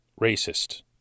racist